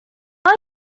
آیا